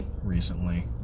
recently